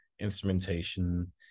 instrumentation